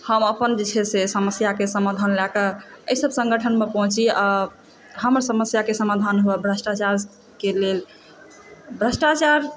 हम अपन जे छै से समस्याकऽ समाधान लयकऽ एहि सभसँ सन्गठनसँ पहुँची आ हमर समस्याकऽ समाधान हुअ भ्रष्टाचारके लेल भ्रष्टाचार